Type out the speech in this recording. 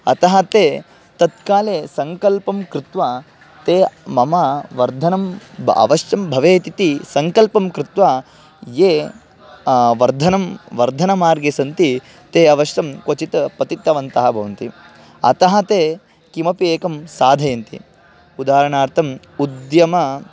अतः ते तत्काले सङ्कल्पं कृत्वा ते मम वर्धनं ब अवश्यं भवेत् इति सङ्कल्पं कृत्वा ये वर्धनं वर्धनमार्गे सन्ति ते अवश्यं क्वचित् पतितवन्तः भवन्ति अतः ते किमपि एकं साधयन्ति उदाहरणार्थम् उद्यमः